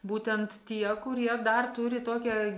būtent tie kurie dar turi tokią